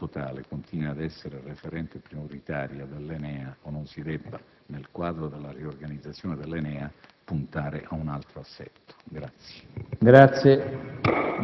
dell'opportunità che la SOGIN, in quanto tale, continui a essere referente prioritaria dell'ENEA o non si debba, nel quadro della sua riorganizzazione, puntare ad un altro assetto.